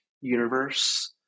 universe